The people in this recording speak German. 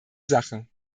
sache